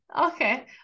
Okay